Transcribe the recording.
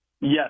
Yes